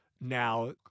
now